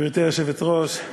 גברתי היושבת-ראש,